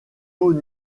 haut